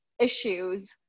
issues